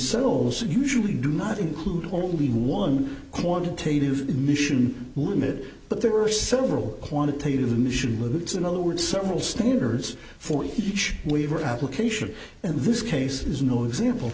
so usually do not include only one quantitative mission limited but there are several quantitative mission lutes in other words several standards for each waiver application and this case is no example